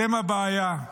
אתם הבעיה.